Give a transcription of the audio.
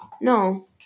No